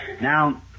Now